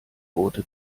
rote